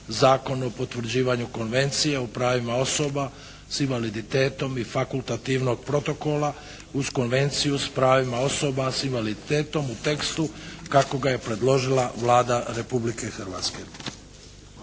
Zakon o potvrđivanju Konvencije o pravima osoba s invaliditetom i fakultativnog protokola uz Konvenciju s pravima osoba s invaliditetom u tekstu kako ga je predložila Vlada Republike Hrvatske.